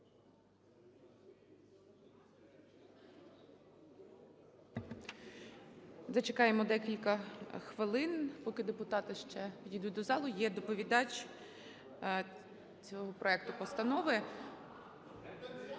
Зачекаємо декілька хвилин, поки депутати ще ідуть до залу. Є доповідач цього проекту постанови.